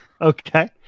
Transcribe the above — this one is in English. Okay